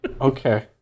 okay